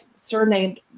surnamed